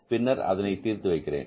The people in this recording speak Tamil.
பின்னர் அதனை தீர்த்து வைக்கிறேன்